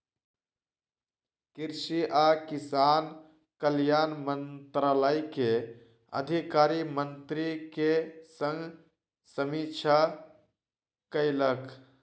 कृषि आ किसान कल्याण मंत्रालय के अधिकारी मंत्री के संग समीक्षा कयलक